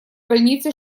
больницы